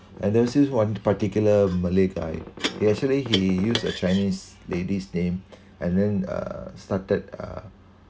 and there were since one particular malay guy yeah actually he used a chinese lady's name and then uh started uh